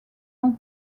ont